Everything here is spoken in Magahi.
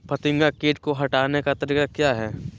फतिंगा किट को हटाने का तरीका क्या है?